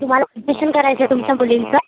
तुम्हाला ॲडमिशन करायचं आहे तुमच्या मुलींचं